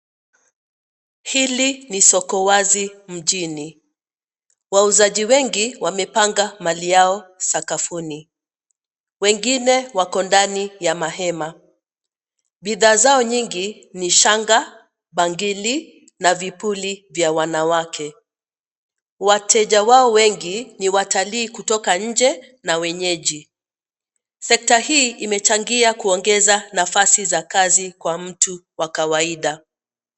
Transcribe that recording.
Hili ni soko wazi mjini. Wauzaji wengi wamepanga mali yao sakafuni. Wengine wako ndani ya mahema. Bidhaa zao nyingi ni shanga, bangili na vipuli vya wanawake. Wateja wao wengi ni watalii kutoka nje, na wenyeji. Sekta hii imechangia kuongeza nafasi za kazi kwa mtu wa kawaida.